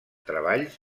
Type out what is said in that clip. treballs